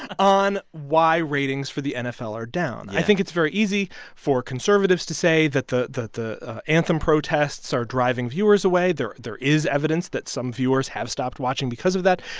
on why ratings for the nfl are down yeah i think it's very easy for conservatives to say that the that the anthem protests are driving viewers away. there there is evidence that some viewers have stopped watching because of that.